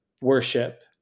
worship